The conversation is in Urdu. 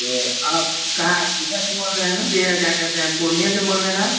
تو آپ کہاں سے بول رہے ہیں نا یہ کیا کہتے ہیں پورنیہ سے بول رہے ہیں نا آپ